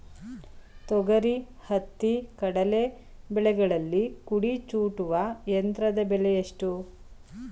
ತೊಗರಿ, ಹತ್ತಿ, ಕಡಲೆ ಬೆಳೆಗಳಲ್ಲಿ ಕುಡಿ ಚೂಟುವ ಯಂತ್ರದ ಬೆಲೆ ಎಷ್ಟು?